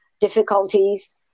difficulties